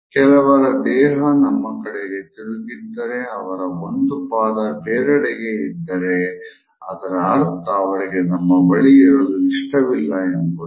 ಕೆಲವರ ದೇಹ ನಮ್ಮ ಕಡೆಗೆ ತಿರುಗಿದ್ದರೆ ಅವರ ಒಂದು ಪಾದ ಬೇರೆಡೆಗೆ ಇದ್ದಾರೆ ಅದರ ಅರ್ಥ ಅವರಿಗೆ ನಮ್ಮ ಬಳಿ ಇರಲು ಇಷ್ಟವಿಲ್ಲ ಎಂಬುದು